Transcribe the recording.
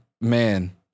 man